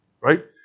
right